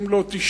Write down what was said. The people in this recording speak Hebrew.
אם לא תשתנה,